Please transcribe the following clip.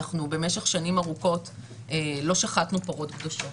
במשך שנים ארוכות לא שחטנו פרות קדושות,